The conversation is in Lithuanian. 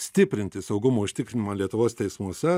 stiprinti saugumo užtikrinimą lietuvos teismuose